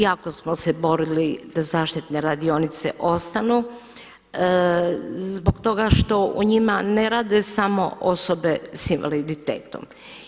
Jako smo se borili da zaštitne radionice ostanu zbog toga što u njima ne rade samo osobe sa invaliditetom.